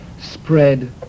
spread